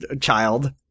child